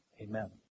Amen